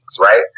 right